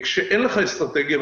כאשר אין לך אסטרטגיה,